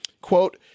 Quote